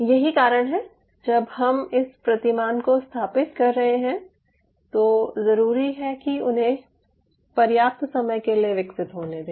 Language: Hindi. यही कारण है कि जब हम इस प्रतिमान को स्थापित कर रहे हैं तो ज़रूरी है कि उन्हें पर्याप्त समय के लिए विकसित होने दें